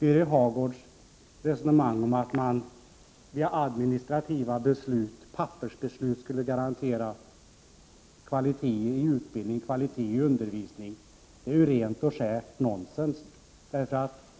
Birger Hagårds resonemang om att man via administrativa beslut, pappersbeslut, skulle garantera kvalitet i utbildning och undervisning är rent och skärt nonsens.